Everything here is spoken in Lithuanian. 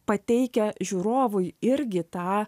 pateikia žiūrovui irgi tą